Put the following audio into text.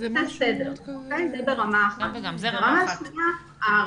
ברמה השנייה.